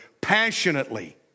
passionately